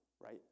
right